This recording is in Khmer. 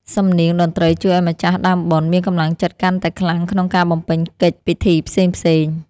សំនៀងតន្ត្រីជួយឱ្យម្ចាស់ដើមបុណ្យ មានកម្លាំងចិត្តកាន់តែខ្លាំងក្នុងការបំពេញកិច្ចពិធីផ្សេងៗ។